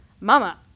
Mama